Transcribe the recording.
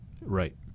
right